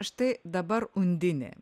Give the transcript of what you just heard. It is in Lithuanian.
štai dabar undinė